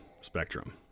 spectrum